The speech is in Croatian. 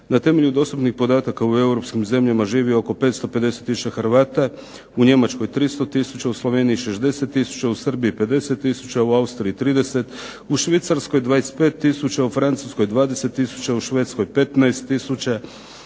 Na temelju dostupnih podataka u europskim zemljama živi oko 550000 Hrvata, u Njemačkoj 300000, u Sloveniji 60000, u Srbiji 50000, u Austriji 30, u Švicarskoj 25000, u Francuskoj 20000, u Švedskoj 15000,